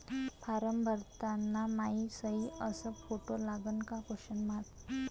Form भरताना मायी सयी अस फोटो लागन का?